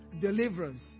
deliverance